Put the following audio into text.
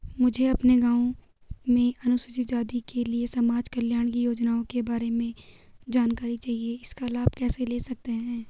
मुझे अपने गाँव में अनुसूचित जाति के लिए समाज कल्याण की योजनाओं के बारे में जानकारी चाहिए इसका लाभ कैसे ले सकते हैं?